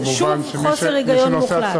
שוב, חוסר היגיון מוחלט.